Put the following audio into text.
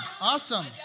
Awesome